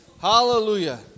Hallelujah